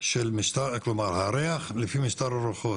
הנושא שלנו רפורמת הלולים במושב חזון.